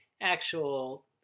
actual